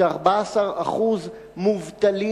ש-14% מתוכם מובטלים,